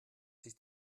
sich